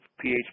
pH